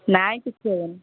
ନାଇଁ କିଛି ହବନି